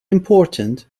important